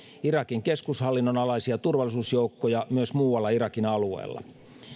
irakin keskushallinnon alaisia turvallisuusjoukkoja myös muualla irakin alueella